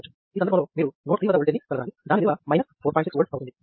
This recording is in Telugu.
ఈ సందర్భంలో మీరు నోడ్ 3 వద్ద ఓల్టేజ్ ని కనుగొనాలి దాని విలువ 4